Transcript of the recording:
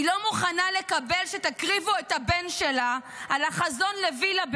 היא לא מוכנה לקבל שתקריבו את הבן שלה על החזון לווילה בעזה,